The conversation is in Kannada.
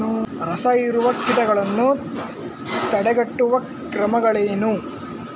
ರಸಹೀರುವ ಕೀಟಗಳನ್ನು ತಡೆಗಟ್ಟುವ ಕ್ರಮಗಳೇನು?